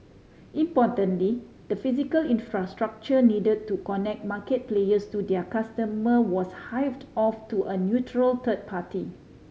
importantly the physical infrastructure need to connect market players to their customer was hived off to a neutral third party